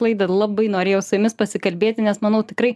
laidą labai norėjau su jumis pasikalbėti nes manau tikrai